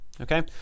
okay